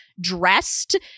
dressed